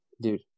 dude